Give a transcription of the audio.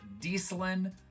Dieselin